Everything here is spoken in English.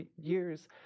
years